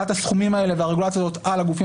הסכומים האלה והרגולציה הזו על הגופים